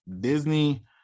Disney